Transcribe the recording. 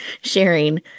sharing